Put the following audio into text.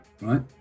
right